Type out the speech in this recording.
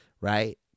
Right